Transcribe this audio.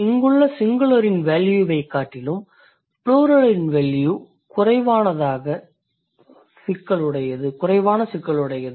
இங்குள்ள சிங்குலரின் வேல்யூவைக் காட்டிலும் ப்ளூரலின் வேல்யூ குறைவான சிக்கலுடையது